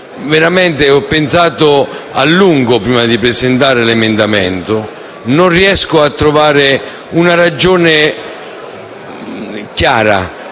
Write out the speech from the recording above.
Ho riflettuto a lungo prima di presentare l'emendamento e non riesco a trovare una ragione valida